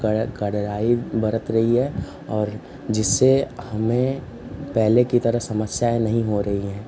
कड़ा कड़राई बरत रही है और जिससे हमें पहले की तरह समस्याएँ नही हो रही हैं